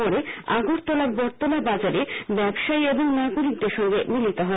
পরে আগরতলার বটতলা বাজারের ব্যবসায়ী ও নাগরিকদের সঙ্গে মিলিত হন